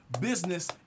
business